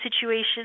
situations